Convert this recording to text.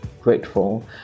grateful